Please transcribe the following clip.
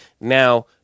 now